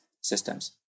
systems